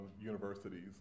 universities